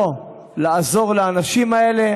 לא לעזור לאנשים האלה.